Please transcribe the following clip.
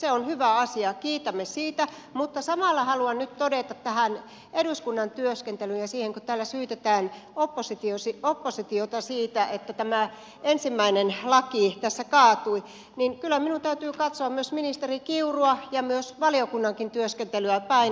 se on hyvä asia kiitämme siitä mutta samalla haluan nyt todeta tähän eduskunnan työskentelyyn ja siihen kun täällä syytetään oppositiota siitä että tämä ensimmäinen laki tässä kaatui että kyllä minun täytyy katsoa myös ministeri kiurua ja myös valiokunnankin työskentelyä päin